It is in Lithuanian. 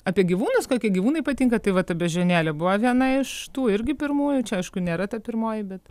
apie gyvūnus kokie gyvūnai patinka tai va ta beždžionėlė buvo viena iš tų irgi pirmųjų čia aišku nėra ta pirmoji bet